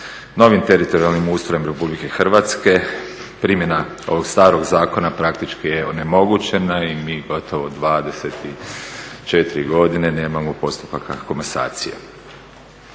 Novim teritorijalnim ustrojem Republike Hrvatske primjena ovog starog zakona praktički je onemogućena i mi gotovo 24 godine nemamo postupaka komasacije.